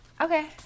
Okay